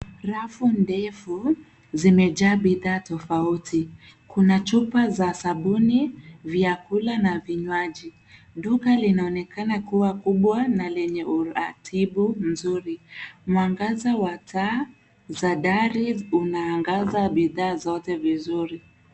Rafu ndefu zimejaa bidhaa tofauti. Kuna chupa za sabuni, vyakula na vinywaji. Duka linaonekana kuwa kubwa na lenye utaratibu mzuri. Mwangaza wa taa za dari unaangaza bidhaa zote vizuri.